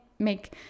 make